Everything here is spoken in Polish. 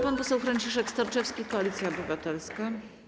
Pan poseł Franciszek Sterczewski, Koalicja Obywatelska.